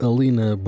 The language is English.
Alina